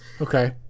Okay